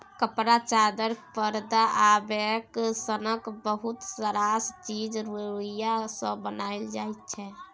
कपड़ा, चादर, परदा आ बैग सनक बहुत रास चीज रुइया सँ बनाएल जाइ छै